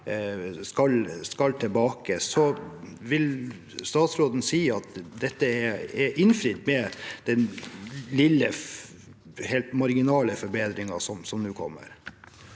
skal tilbake: Vil statsråden si at dette er innfridd med den lille, helt marginale forbedringen som nå kommer?